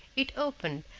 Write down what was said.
it opened,